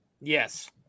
Yes